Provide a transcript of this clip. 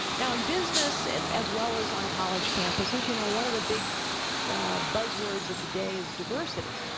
now in business as well as on college campuses, you know, one of the big buzz words of the day is diversity.